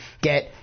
get